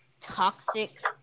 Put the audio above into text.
toxic